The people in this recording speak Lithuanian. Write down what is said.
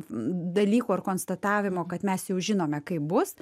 dalyko ar konstatavimo kad mes jau žinome kaip bus